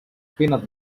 peanut